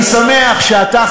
אני שמח שאתה,